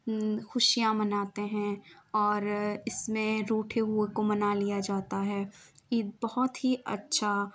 خوشیاں مناتے ہیں اور اس میں روٹھے ہوئے کو منا لیا جاتا ہے عید بہت ہی اچھا